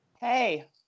Hey